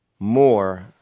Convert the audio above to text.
more